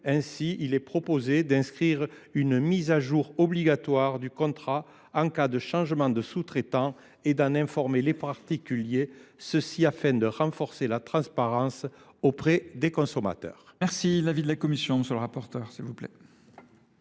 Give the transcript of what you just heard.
Ainsi, il est proposé d'inscrire une mise à jour obligatoire du contrat en cas de changement de sous-traitant et d'en informer les particuliers, ceci afin de renforcer la transparence auprès des consommateurs. Merci. La vie de la Commission, monsieur le rapporteur, s'il vous plaît.